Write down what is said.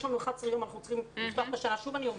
יש לנו 11 יום ואנחנו צריכים לפתוח את שנת הלימודים.